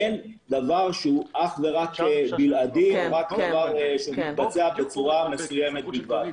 אין דבר שהוא אך ורק בלעדי שמתבצע בצורה מסוימת בלבד.